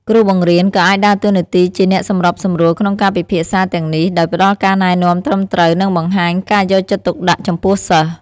គ្រូបង្រៀនក៏អាចដើរតួនាទីជាអ្នកសម្របសម្រួលក្នុងការពិភាក្សាទាំងនេះដោយផ្ដល់ការណែនាំត្រឹមត្រូវនិងបង្ហាញការយកចិត្តទុកដាក់ចំពោះសិស្ស។